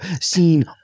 seen